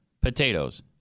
Potatoes